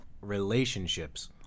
relationships